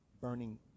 burning